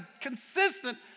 consistent